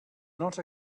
not